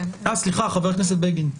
סליחה, חבר הכנסת בגין,